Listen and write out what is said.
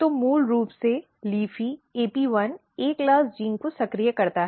तो मूल रूप से LEAFY AP1 A class gene को सक्रिय करता है